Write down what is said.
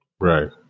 right